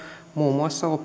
muun muassa